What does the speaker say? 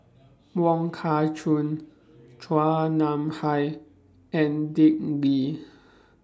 Wong Kah Chun Chua Nam Hai and Dick Lee